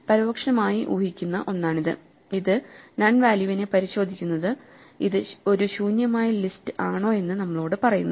പരോക്ഷമായി ഊഹിക്കുന്ന ഒന്നാണിത് ഇത് നൺ വാല്യൂവിനെ പരിശോധിക്കുന്നത് ഇത് ഒരു ശൂന്യമായ ലിസ്റ്റ് ആണോയെന്ന് നമ്മളോട് പറയുന്നു